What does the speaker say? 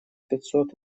пятьсот